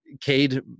Cade